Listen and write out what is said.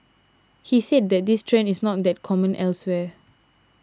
he said that this trend is not that common elsewhere